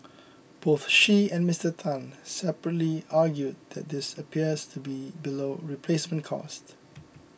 both she and Mister Tan separately argued that this appears to be below replacement cost